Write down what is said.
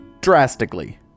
drastically